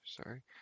Sorry